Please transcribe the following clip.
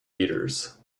theaters